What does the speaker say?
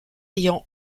ayant